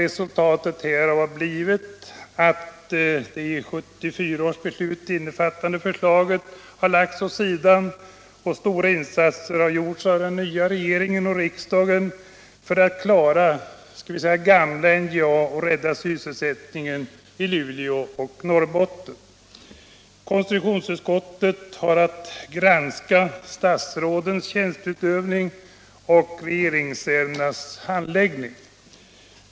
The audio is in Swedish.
Resultatet härav har blivit att det i 1974 års beslut innefattade förslaget har lagts åt sidan och att stora insatser har gjorts av den nya regeringen och riksdagen för att klara gamla NJA och rädda sysselsätt Konstitutionsutskottet har att granska statsrådens tjänsteutövning och regeringsärendenas handläggning.